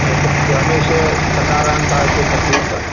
त हिते हमेशह कंदा रहनि था हिते तक़लीफ